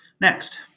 Next